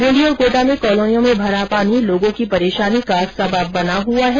बूंदी और कोटा में कॉलोनियों में भरा पानी लोगों की परेशानी का सबब बना हुआ है